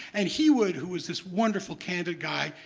and he would, who is this wonderful candid guy,